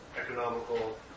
economical